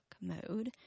mode